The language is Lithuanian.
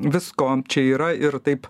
visko čia yra ir taip